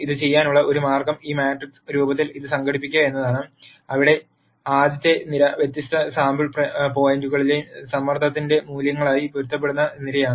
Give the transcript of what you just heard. ഇത് ചെയ്യാനുള്ള ഒരു മാർഗം ഈ മാട്രിക്സ് രൂപത്തിൽ ഇത് സംഘടിപ്പിക്കുക എന്നതാണ് അവിടെ ആദ്യത്തെ നിര വ്യത്യസ്ത സാമ്പിൾ പോയിന്റുകളിലെ സമ്മർദ്ദത്തിന്റെ മൂല്യങ്ങളുമായി പൊരുത്തപ്പെടുന്ന നിരയാണ്